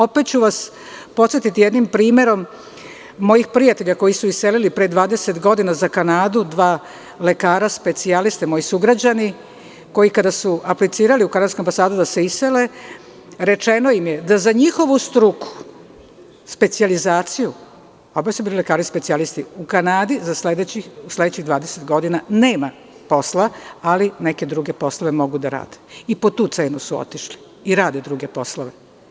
Opet ću vas podsetiti jednim primerom mojih prijatelja koji su se iselili pre 20 godina za Kanadu, dva lekara specijaliste, moji sugrađani, koji kada su aplicirali u ambasadu da se isele, rečeno im je da za njihovu struku, specijalizaciju, oboje su bili lekari specijalisti u Kanadi za sledećih 20 godina nema posla, ali neke druge poslove mogu da rade i po tu cenu su otišli i rade druge poslove.